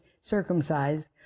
circumcised